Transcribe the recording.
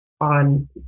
on